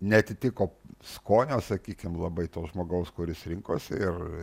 neatitiko skonio sakykime labai to žmogaus kuris rinkosi ir